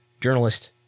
journalist